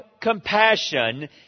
compassion